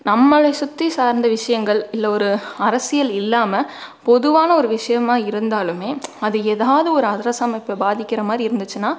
நம்மளை சுற்றி சார்ந்த விஷயங்கள் இல்லை ஒரு அரசியல் இல்லாமல் பொதுவான ஒரு விஷயமா இருந்தாலுமே அது எதாவது ஒரு அரசு அமைப்பு பாதிக்கிற மாதிரி இருந்துச்சின்னால்